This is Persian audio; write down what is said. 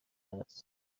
است